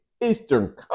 Eastern